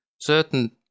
Certain